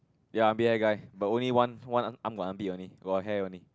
ya beer guy but only one one arm got armpit only got hair only